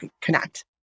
connect